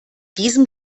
diesem